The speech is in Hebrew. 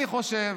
אני חושב